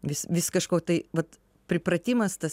vis vis kažko tai vat pripratimas tas